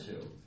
two